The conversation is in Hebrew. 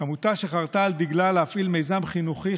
עמותה שחרתה על דגלה להפעיל מיזם חינוכי,